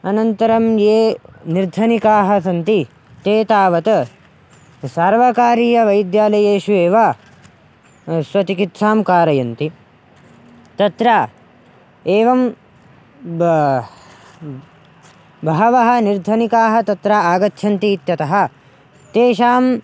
अनन्तरं ये निर्धनिकाः सन्ति ते तावत् सर्वकारीयवैद्यालयेषु एव स्वचिकित्सां कारयन्ति तत्र एवं ब बहवः निर्धनिकाः तत्र आगच्छन्ति इत्यतः तेषां